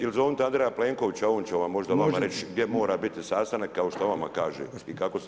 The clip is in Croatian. Ili zovnite Andreja Plenkovića on će vam možda vama reći gdje mora biti sastanak kao što vama kaže i kako se